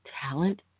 talent